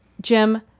jim